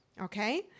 okay